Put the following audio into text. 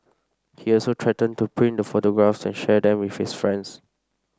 he also threatened to print the photographs and share them with his friends